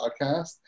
podcast